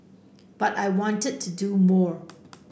but I wanted to do more